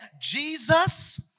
Jesus